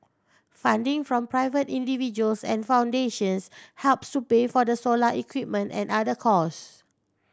funding from private individuals and foundations helps to pay for the solar equipment and other cost